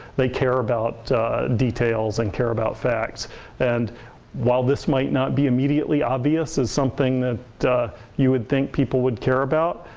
they care about details and care about facts and while this might not be immediately obvious as something that you would think people would care about,